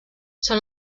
són